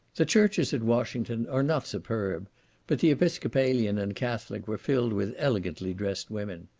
the churches at washington are not superb but the episcopalian and catholic were filled with elegantly dressed women.